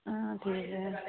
ਠੀਕ ਹੈ